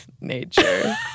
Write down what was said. nature